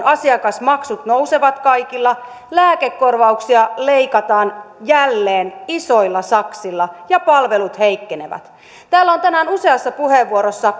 asiakasmaksut nousevat kaikilla lääkekorvauksia leikataan jälleen isoilla saksilla ja palvelut heikkenevät täällä on tänään useassa puheenvuorossa